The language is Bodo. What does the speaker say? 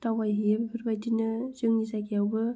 दावबायहैयो बेफोरबायदिनो जोंनि जायगायावबो